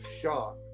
shock